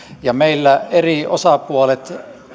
ja meillä eri osapuolet